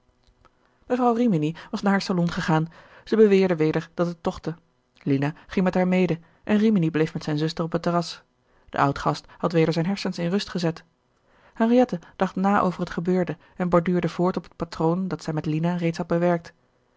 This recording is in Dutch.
mevrouw rimini was naar haar salon gegaan zij beweerde weder dat het tochtte lina ging met haar mede en rimini bleef met zijne zuster op het terras de oudgast had weder zijn hersens in rust gezet henriette dacht na over het gebeurde en borduurde voort op het patroon dat zij met lina reeds had bewerkt